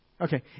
Okay